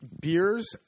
beers